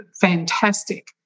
fantastic